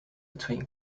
between